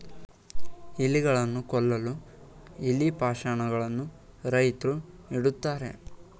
ಇಲಿಗಳನ್ನು ಕೊಲ್ಲಲು ಇಲಿ ಪಾಷಾಣ ಗಳನ್ನು ರೈತ್ರು ಇಡುತ್ತಾರೆ